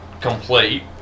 complete